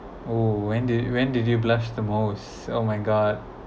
oh when did when did you blushed the most oh my god